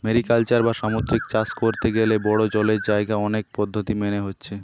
mariculture বা সামুদ্রিক চাষ কোরতে গ্যালে বড়ো জলের জাগায় অনেক পদ্ধোতি মেনে হচ্ছে